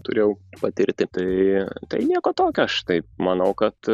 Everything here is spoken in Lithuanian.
turėjau patirti tai tai nieko tokio aš taip manau kad